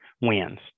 wins